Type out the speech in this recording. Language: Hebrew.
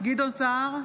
גדעון סער,